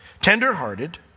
tender-hearted